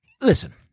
listen